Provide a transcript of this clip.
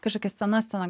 kažkokia scena scena